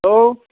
hello